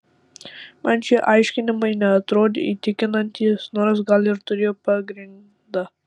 man šie aiškinimai neatrodė įtikinantys nors gal ir turėjo pagrindą